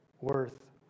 worth